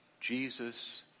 Jesus